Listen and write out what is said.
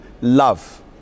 love